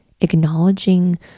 acknowledging